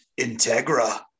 Integra